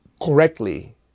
correctly